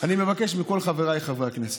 אני מבקש מכל חבריי, חברי הכנסת: